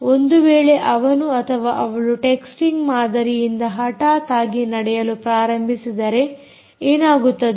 ಒಂದು ವೇಳೆ ಅವನು ಅಥವಾ ಅವಳು ಟೆ ಕ್ಸ್ಟಿಂಗ್ ಮಾದರಿಯಿಂದ ಹಠಾತ್ ಆಗಿ ನಡೆಯಲು ಪ್ರಾರಂಭಿಸಿದರೆ ಏನಾಗುತ್ತದೆ